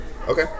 Okay